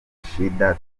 shida